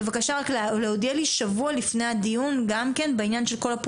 בבקשה רק להודיע שבוע לפני הדיון בכל הנוגע